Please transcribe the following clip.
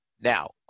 Now